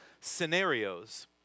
scenarios